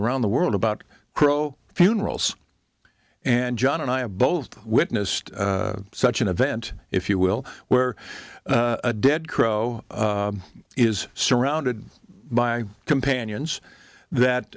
around the world about crow funerals and john and i have both witnessed such an event if you will where a dead crow is surrounded by companions that